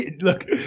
Look